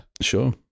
Sure